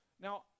Now